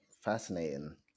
fascinating